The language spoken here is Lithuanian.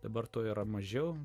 dabar to yra mažiau